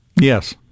Yes